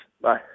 Bye